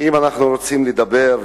אם אנחנו רוצים לדבר,